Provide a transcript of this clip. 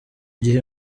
gihe